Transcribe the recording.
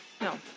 No